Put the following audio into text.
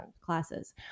classes